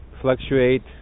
fluctuate